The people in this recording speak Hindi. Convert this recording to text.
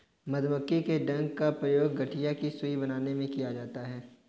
मधुमक्खी के डंक का प्रयोग गठिया की सुई बनाने में किया जाता है